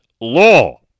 law